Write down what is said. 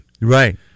Right